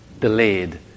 delayed